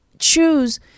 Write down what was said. choose